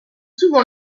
souvent